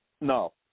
No